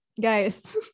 guys